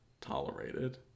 tolerated